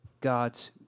God's